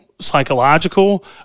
psychological